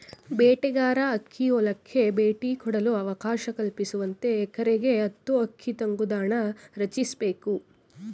ಬೇಟೆಗಾರ ಹಕ್ಕಿ ಹೊಲಕ್ಕೆ ಭೇಟಿ ಕೊಡಲು ಅವಕಾಶ ಕಲ್ಪಿಸುವಂತೆ ಎಕರೆಗೆ ಹತ್ತು ಹಕ್ಕಿ ತಂಗುದಾಣ ರಚಿಸ್ಬೇಕು